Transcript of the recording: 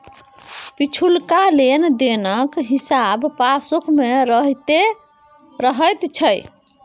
पिछुलका लेन देनक हिसाब पासबुक मे रहैत छै